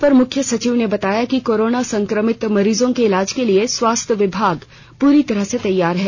अपर मुख्य सचिव ने बताया कि कोरोना संक्रमित मरीजों के इलाज के लिए स्वास्थ्य विभाग पूरी तरह से तैयार है